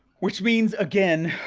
which means, again,